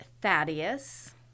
Thaddeus